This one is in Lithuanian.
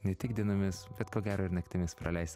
ne tik dienomis bet ko gero ir naktimis praleisti